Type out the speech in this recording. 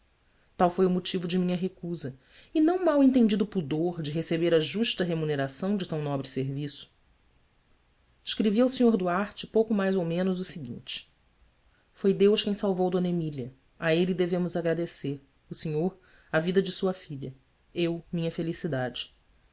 tal foi o motivo de minha recusa e não mal entendido pudor de receber a justa remuneração de tão nobre serviço escrevi ao sr duarte pouco mais ou menos o seguinte foi deus quem salvou d emília a ele devemos agradecer o senhor a vida de sua filha eu minha felicidade